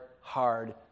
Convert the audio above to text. hard